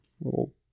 little